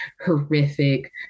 horrific